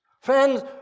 Friends